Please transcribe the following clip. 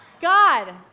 God